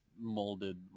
molded